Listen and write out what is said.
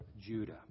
Judah